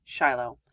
Shiloh